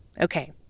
Okay